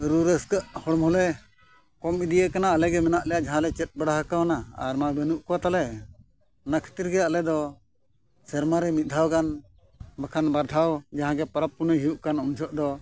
ᱨᱩ ᱨᱟᱹᱥᱠᱟᱹᱜ ᱦᱚᱲ ᱢᱟᱞᱮ ᱠᱚᱢ ᱤᱫᱤ ᱠᱟᱱᱟ ᱟᱞᱮᱜᱮ ᱢᱮᱱᱟᱜ ᱞᱮᱭᱟ ᱡᱟᱦᱟᱸᱞᱮ ᱪᱮᱫ ᱵᱟᱲᱟ ᱠᱟᱣᱱᱟ ᱟᱨ ᱢᱟ ᱵᱟᱹᱱᱩᱜ ᱠᱚ ᱛᱟᱞᱮ ᱚᱱᱟ ᱠᱷᱟᱹᱛᱤᱨ ᱜᱮ ᱟᱞᱮ ᱫᱚ ᱥᱮᱨᱢᱟ ᱨᱮ ᱢᱤᱫ ᱫᱷᱟᱣ ᱜᱟᱱ ᱵᱟᱠᱷᱟᱱ ᱵᱟᱨ ᱫᱷᱟᱣ ᱡᱟᱦᱟᱸ ᱜᱮ ᱯᱚᱨᱚᱵᱽ ᱯᱩᱱᱟᱹᱭ ᱦᱩᱭᱩᱜ ᱠᱟᱱ ᱩᱱ ᱡᱚᱦᱚᱜ ᱫᱚ